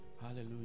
Hallelujah